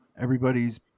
everybody's